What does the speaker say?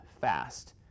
fast